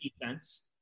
defense